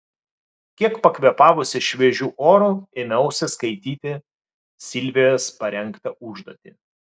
kiek pakvėpavusi šviežiu oru ėmiausi skaityti silvijos parengtą užduotį